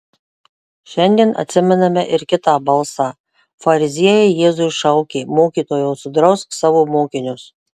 šiandien atsimename ir kitą balsą fariziejai jėzui šaukė mokytojau sudrausk savo mokinius